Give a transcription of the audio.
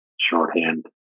shorthand